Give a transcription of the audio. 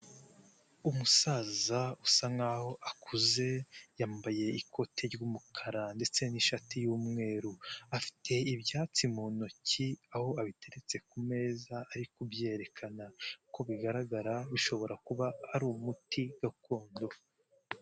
Umusaza usa nk'aho akuze yambaye ikote ry'umukara ndetse n'ishati y'umweru, afite ibyatsi mu ntoki aho abiteretse ku meza ari kubyerekana uko bigaragara bishobora kuba ari umuti gakondo.